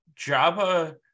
java